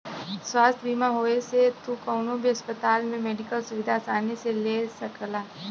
स्वास्थ्य बीमा होये से तू कउनो भी अस्पताल में मेडिकल सुविधा आसानी से ले सकला